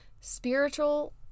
spiritual